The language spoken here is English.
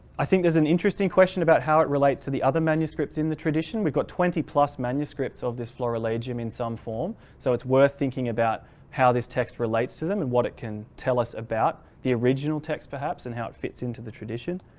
i think there's an interesting question about how it relates to the other manuscripts in the tradition. we've got twenty plus manuscripts of this florilegium in some form. so it's worth thinking about how this text relates to them and what it can tell us about the original text perhaps, and how it fits into the tradition,